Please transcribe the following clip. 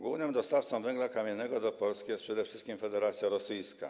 Głównym dostawcą węgla kamiennego do Polski jest przede wszystkim Federacja Rosyjska.